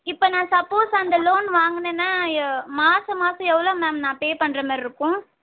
இப்போ நான் சப்போஸ் அந்த லோன் வாங்கினேன்னா மாதம் மாதம் எவ்வளோ மேம் நான் பே பண்ணுற மாதிரி இருக்கும்